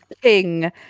king